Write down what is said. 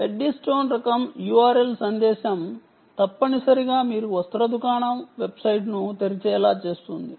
ఈ ఎడ్డీస్టోన్ రకం URL సందేశం తప్పనిసరిగా మీరు వస్త్ర దుకాణ వెబ్సైట్ను తెరిచేలా చేస్తుంది